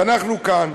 ואנחנו כאן,